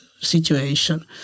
situation